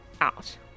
out